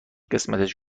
قسمتش